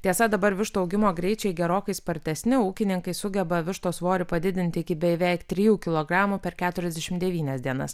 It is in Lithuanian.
tiesa dabar vištų augimo greičiai gerokai spartesni ūkininkai sugeba vištos svorį padidinti iki beveik trijų kilogramų per keturiasdešimt devynias dienas